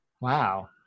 Wow